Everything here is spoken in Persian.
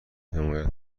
حمایت